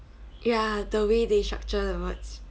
ya the way they structure the words